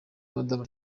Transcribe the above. madamu